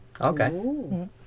Okay